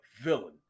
villain